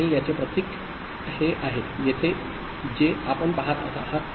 आणि याचे प्रतीक हे आहे येथे जे आपण पहात आहात